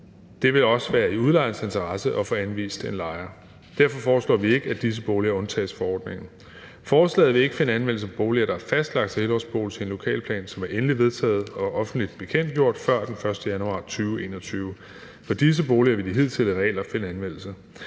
Det vil også være i udlejerens interesse at få anvist en lejer. Derfor foreslår vi ikke, at disse boliger undtages forordningen. Forslaget vil ikke finde anvendelse for boliger, der er fastlagt til helårsbeboelse i en lokalplan, der er endelig vedtaget og offentligt bekendtgjort før den 1. januar 2021. For disse boliger vil de hidtidige regler finde anvendelse.